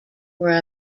were